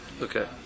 Okay